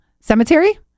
cemetery